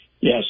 Yes